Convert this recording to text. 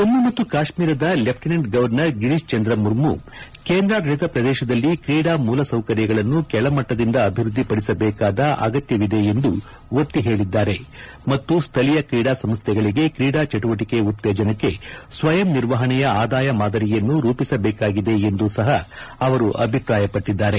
ಜಮ್ಮು ಮತ್ತು ಕಾಶ್ಮೀರದ lieutenant governor Girish Chandra Murmu ಕೇಂದ್ರಾದಳಿತ ಪ್ರದೇಶದಲ್ಲಿ ಕ್ರೀಡಾ ಮೂಲ ಸೌಕರ್ಯಗಳನ್ನು ಕೆಳಮಟ್ಟದಿಂದ ಅಭಿವೃದ್ದಿಪಡಿಸಬೇಕಾದ ಅಗತ್ಯವಿದೆ ಎಂದು ಒತ್ತಿ ಹೇಳಿದ್ದಾರೆ ಮತ್ತು ಸ್ದಳೀಯ ಕ್ರೀಡಾ ಸಂಸ್ಥೆಗಳಿಗೆ ಕ್ರೀಡಾ ಚಟುವಟಿಕೆ ಉತ್ತೇಜನಕ್ಕೆ ಸ್ವಯಂ ನಿರ್ವಹಣೆಯ ಆದಾಯ ಮಾದರಿಯನ್ನು ರೂಪಿಸಬೇಕಾಗಿದೆ ಎಂದೂ ಸಹ ಅವರು ಅಭಿಪ್ರಾಯ ಪಟ್ಟಿದ್ದಾರೆ